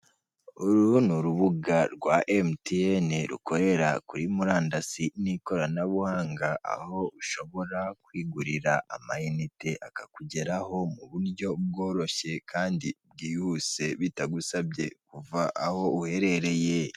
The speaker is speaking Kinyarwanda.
Uru ni urubuga rwa Emutiyene rukorera kuri murandasi n'ikoranabuhanga, aho ushobora kwigurira amayinite akakugeraho mu buryo bworoshye kandi bwihuse, bitagusabye kuva aho uherereye.